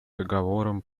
договорам